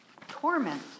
torment